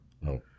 No